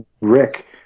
Rick